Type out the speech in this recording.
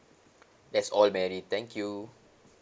that's all mary thank you